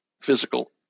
physical